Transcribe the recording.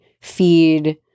feed